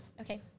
okay